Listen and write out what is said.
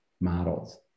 models